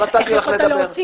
נתתי לך לדבר.